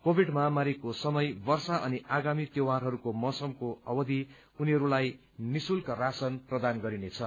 Covid महामारीको समय वर्षा अनि आगामी त्यौहारहरूको मौसमको अवधि उनीहरूलाई निशुल्क राशन प्रदान गरिनेछ